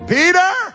Peter